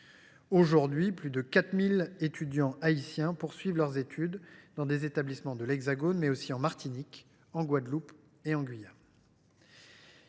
Aujourd’hui, plus de 4 000 étudiants haïtiens poursuivent leurs études dans des établissements de l’Hexagone, mais aussi en Martinique, en Guadeloupe et en Guyane.